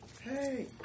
Hey